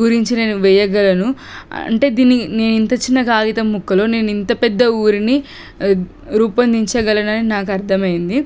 గురించి నేను వేయగలను అంటే దీన్ని నేను ఇంత చిన్న కాగితం ముక్కలో నేను ఇంత పెద్ద ఊరిని రూపొందించగలనని నాకు అర్థమైంది